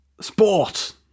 Sport